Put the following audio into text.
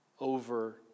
over